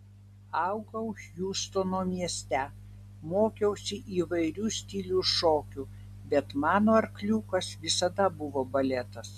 augau hjustono mieste mokiausi įvairių stilių šokių bet mano arkliukas visada buvo baletas